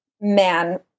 man